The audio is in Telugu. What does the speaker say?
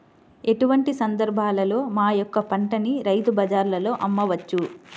ఎటువంటి సందర్బాలలో మా యొక్క పంటని రైతు బజార్లలో అమ్మవచ్చు?